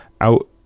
out